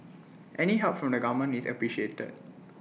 any help from the government is appreciated